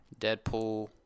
Deadpool